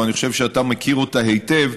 ואני חושב שאתה מכיר אותה היטב,